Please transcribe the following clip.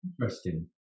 Interesting